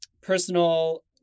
personal